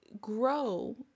grow